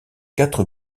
quatre